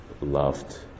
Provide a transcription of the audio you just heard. loved